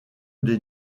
des